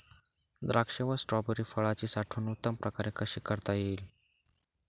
द्राक्ष व स्ट्रॉबेरी फळाची साठवण उत्तम प्रकारे कशी करता येईल?